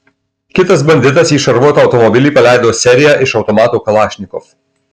kitas banditas į šarvuotą automobilį paleido seriją iš automato kalašnikov